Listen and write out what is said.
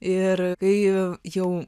ir kai jau